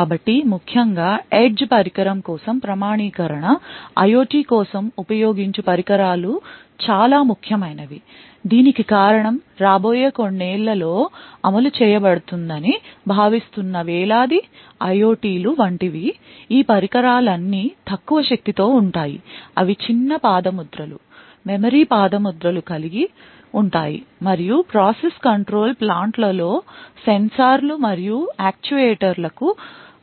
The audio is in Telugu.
కాబట్టి ముఖ్యంగా ఎడ్జ్ పరికరం కోసం ప్రామాణీకరణ IOT కోసం ఉపోయోగించు పరికరాలు చాలా ముఖ్యమైన వి దీనికి కారణం రాబోయే కొన్నేళ్లలో అమలు చేయబడుతుందని భావిస్తున్న వేలాది IOT లు వంటివి ఈ పరికరాలన్నీ తక్కువ శక్తి తో ఉంటాయి అవి చిన్న పాదముద్రలు మెమరీ పాదముద్రలు కలిగి ఉంటాయి మరియు ప్రాసెస్ కంట్రోల్ ప్లాంట్ల లో సెన్సార్ లు మరియు యాక్యుయేటర్ లకు